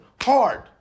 hard